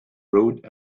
rode